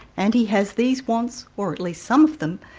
and he has these wants, or at least some of them,